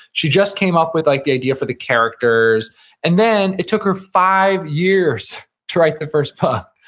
she just came up with, like, the idea for the characters and then it took her five years to write the first book.